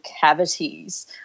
cavities